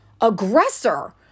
aggressor